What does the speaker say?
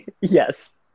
yes